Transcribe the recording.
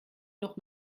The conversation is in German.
noch